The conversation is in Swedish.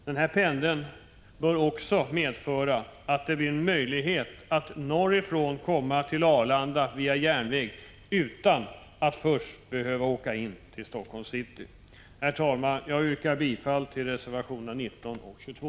Denna pendel borde också medföra att det blir möjligt att norrifrån komma till Arlanda via järnväg utan att först behöva åka in till Helsingforss city. Herr talman! Jag yrkar bifall till reservationerna 19 och 22.